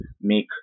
make